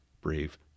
brave